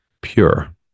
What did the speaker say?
pure